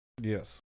yes